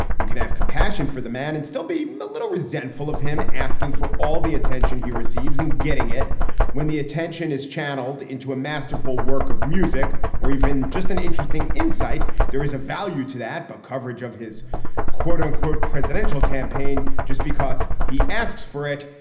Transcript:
you can have compassion for the man and still be a little resentful of him asking for all the attention he receives and getting it when the attention is channeled into a masterful work of music or even just an interesting insight. there is a value to that. but coverage of his quote unquote presidential campaign, just because he asks for it,